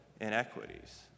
inequities